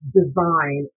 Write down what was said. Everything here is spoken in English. design